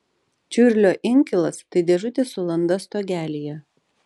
čiurlio inkilas tai dėžutė su landa stogelyje